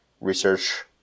research